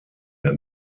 der